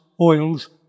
oils